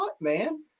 man